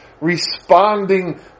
responding